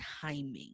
timing